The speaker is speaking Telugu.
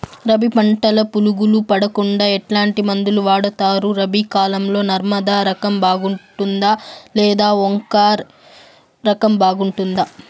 రబి పంటల పులుగులు పడకుండా ఎట్లాంటి మందులు వాడుతారు? రబీ కాలం లో నర్మదా రకం బాగుంటుందా లేదా ఓంకార్ రకం బాగుంటుందా?